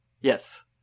yes